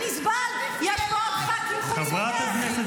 חברת הכנסת